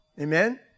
Amen